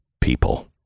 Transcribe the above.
people